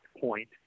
point